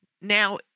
now